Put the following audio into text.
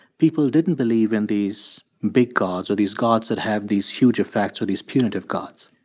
people didn't believe in these big gods or these gods that have these huge effects or these punitive gods?